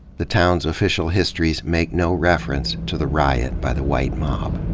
the town's official histories make no reference to the riot by the white mob.